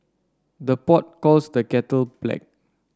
the pot calls the kettle black